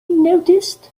noticed